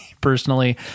Personally